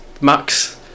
Max